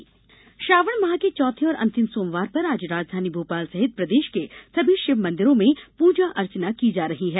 श्रावण सोमवार श्रावण माह के चौथे और अंतिम सोमवार पर आज राजधानी भोपाल सहित प्रदेश के सभी शिव मंदिरों में पूजा अर्चना की जा रही है